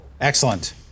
Excellent